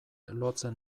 lotzen